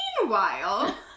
Meanwhile